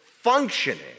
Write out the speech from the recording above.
functioning